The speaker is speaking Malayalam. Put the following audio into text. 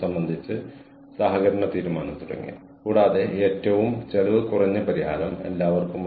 നിങ്ങൾ നിങ്ങളുടെ വീടിന്റെ സുഖസൌകര്യങ്ങളിൽ ഇരുന്നു നിങ്ങൾക്ക് കഴിയുമ്പോൾ കാര്യങ്ങൾ ചെയ്യുന്നു